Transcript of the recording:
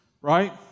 right